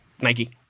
Nike